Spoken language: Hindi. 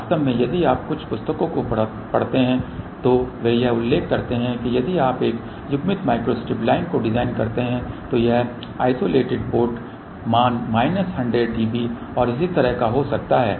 वास्तव में यदि आप कुछ पुस्तकों को पढ़ते हैं तो वे यह उल्लेख करते हैं कि यदि आप एक युग्मित माइक्रोस्ट्रिप लाइन को डिज़ाइन करते हैं तो यह आइसोलेटेड पोर्ट मान माइनस 100 dB और इसी तरह का हो सकता है